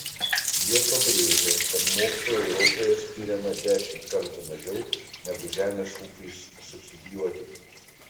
jie pabrėžia kad mokslui europoje skiriama dešimt kartų mažiau negu žemės ūkiui subsidijuoti